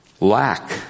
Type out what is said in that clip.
lack